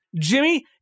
Jimmy